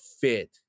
fit